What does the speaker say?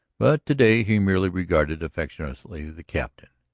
but to-day he merely regarded affectionately the captain.